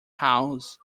house